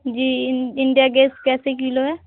जी India gate कैसे किलो है